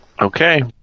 Okay